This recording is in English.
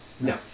No